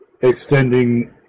extending